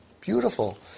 Beautiful